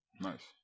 Nice